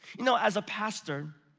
you know, as a pastor,